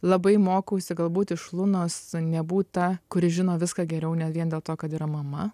labai mokausi galbūt iš lunos nebūt ta kuri žino viską geriau ne vien dėl to kad yra mama